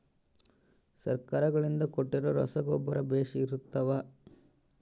ಸರ್ಕಾರಗಳಿಂದ ಕೊಟ್ಟಿರೊ ರಸಗೊಬ್ಬರ ಬೇಷ್ ಇರುತ್ತವಾ?